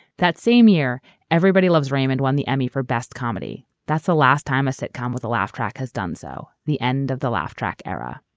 that same year everybody loves raymond won the emmy for best comedy. that's the last time sitcom with a laugh track has done so. the end of the laugh track era